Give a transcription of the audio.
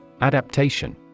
Adaptation